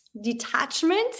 detachment